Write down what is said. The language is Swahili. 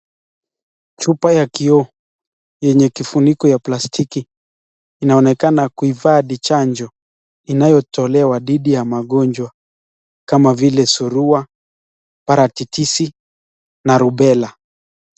Chupa ya kioo yenye kifuniko ya plastiki inaonekana kuhifadhi chanjo inayotolewa dhidi ya magonjwa kama vile surua paratisisi na rubela.